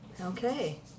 Okay